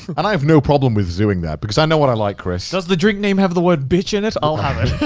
and i have no problem with doing that because i know what i like chris. does the drink name have the word bitch in it? i'll have it.